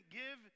give